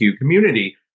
community